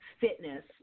fitness